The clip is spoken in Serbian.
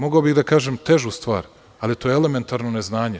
Mogao bih da kažem težu stvar, ali to je elementarno neznanje.